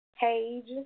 page